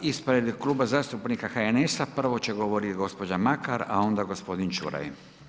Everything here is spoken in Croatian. Ispred Kluba zastupnika HNS-a prvo će govoriti gospođa Makar a onda gospodin Čuraj.